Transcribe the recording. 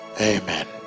Amen